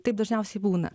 taip dažniausiai būna